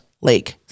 Lake